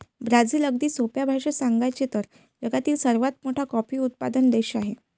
Brazil, अगदी सोप्या भाषेत सांगायचे तर, जगातील सर्वात मोठा कॉफी उत्पादक देश आहे